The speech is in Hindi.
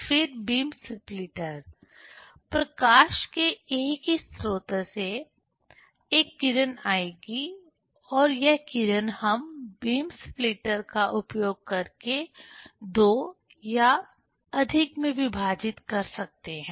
फिर बीम सप्लीटर प्रकाश के एक ही स्रोत से एक किरण आएगी और यह किरण हम बीम सप्लीटर का उपयोग करके दो या अधिक में विभाजित कर सकते हैं